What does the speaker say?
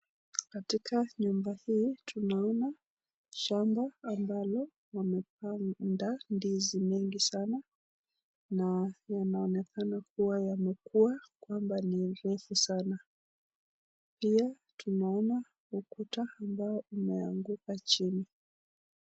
Katika nyumba hii, tunaona shamba ambalo wamepanda ndizi mingi sana na yanaonekana kuwa yamekuwa kwamba ni refu sana. Pia tunaona ukuta ambao umeanguka chini.